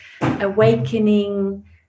awakening